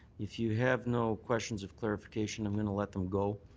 if you have no questions of clarification, i'm going to let them go.